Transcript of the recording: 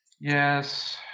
Yes